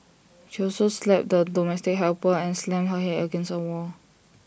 she also slapped the domestic helper and slammed her Head against A wall